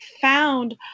found